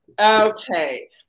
Okay